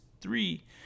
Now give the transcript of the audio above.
three